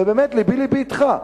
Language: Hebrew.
ובאמת לבי לבי אתך.